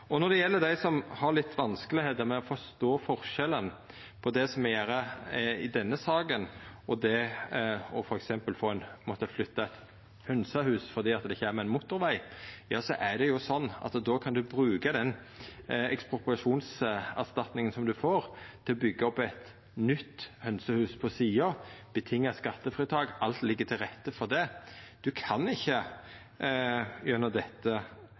Når det gjeld dei som har litt vanskeleg for å forstå forskjellen på det me gjer i denne saka, og det f.eks. å måtta flytta eit hønsehus fordi det kjem ein motorveg, er det sånn at då kan ein bruka den ekspropriasjonserstatninga som ein får, til å byggja opp eit nytt hønsehus på sida av, med vilkårsbunde skattefritak. Alt ligg til rette for det. Ein kan ikkje gjennom dette